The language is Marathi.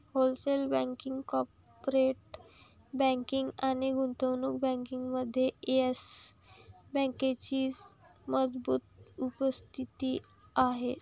होलसेल बँकिंग, कॉर्पोरेट बँकिंग आणि गुंतवणूक बँकिंगमध्ये येस बँकेची मजबूत उपस्थिती आहे